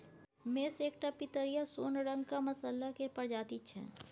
मेस एकटा पितरिया सोन रंगक मसल्ला केर प्रजाति छै